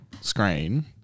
screen